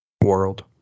world